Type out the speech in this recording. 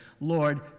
Lord